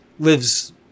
Lives